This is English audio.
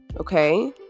okay